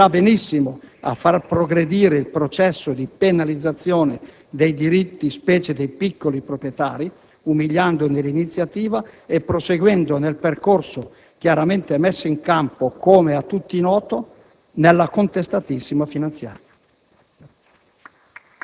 ma riuscirà benissimo a far progredire il processo di penalizzazione dei diritti, specie dei piccoli proprietari, umiliandone l'iniziativa, e proseguendo nel percorso messo in campo, come a tutti noto, nella contestatissima finanziaria.